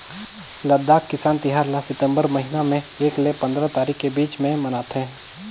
लद्दाख किसान तिहार ल सितंबर महिना में एक ले पंदरा तारीख के बीच में मनाथे